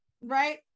Right